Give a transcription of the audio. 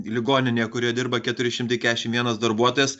ligoninė kurioje dirba keturi šimtai kešim vienas darbuotojas